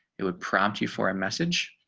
it would prompt you for a message.